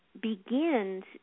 begins